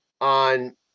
on